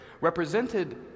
represented